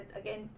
again